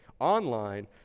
online